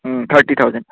thirty thousand